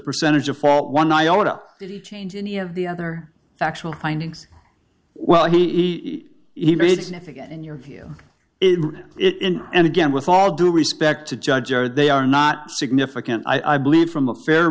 percentage of all one iota change any of the other factual findings well he he made in your view it in and again with all due respect to judge or they are not significant i believe from a fair